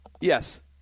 yes